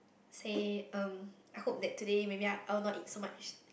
say um I hope that today maybe I I would not eat so much